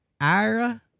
Ira